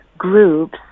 groups